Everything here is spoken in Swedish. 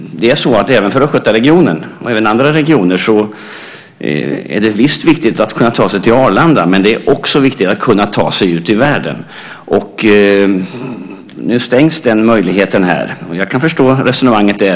Även för Östgötaregionen och andra regioner är det visst viktigt att kunna ta sig till Arlanda, men det är också viktigt att kunna ta sig ut i världen. Nu stängs den möjligheten. Jag kan förstå resonemanget.